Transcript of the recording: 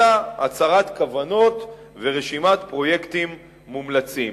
אלא הצהרת כוונות ורשימת פרויקטים מומלצים.